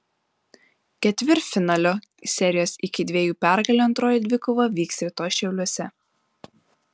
ketvirtfinalio serijos iki dviejų pergalių antroji dvikova vyks rytoj šiauliuose